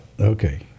okay